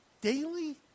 daily